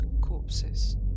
corpses